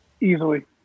easily